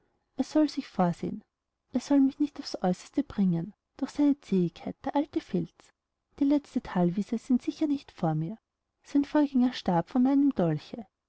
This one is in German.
er soll sich vorsehen er soll mich nicht auf's aeußerste bringen durch seine zähigkeit der alte filz die letzten thalwiese sind nicht sicher vor mir sein vorgänger starb von meinem dolche